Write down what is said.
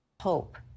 Hope